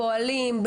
פועלים,